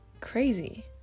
crazy